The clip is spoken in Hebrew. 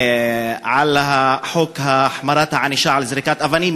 על חוק החמרת הענישה על זריקת אבנים,